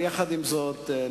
עם זאת,